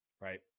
Right